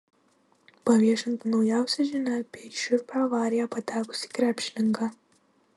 paviešinta naujausia žinia apie į šiurpią avariją patekusį krepšininką